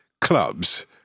clubs